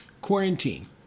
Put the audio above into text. Quarantine